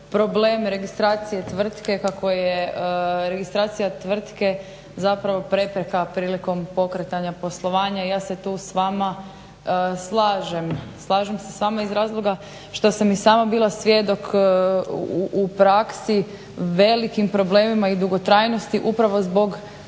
problem registracije tvrtke kako je registracija tvrtke zapravo prepreka prilikom pokretanja poslovanja. ja se tu s vama slažem. Slažem se s vama iz razloga što sam i sama bila svjedok u praksi velikim problemima i dugotrajnosti upravo zbog